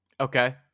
Okay